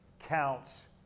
counts